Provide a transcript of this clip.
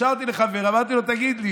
התקשרתי לחבר ואמרתי לו: תגיד לי,